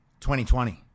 2020